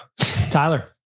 Tyler